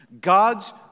God's